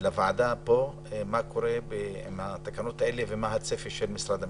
הוועדה מה קורה עם התקנות האלה ומה הצפי של משרד המשפטים?